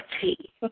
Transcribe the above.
Tea